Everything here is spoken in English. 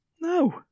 No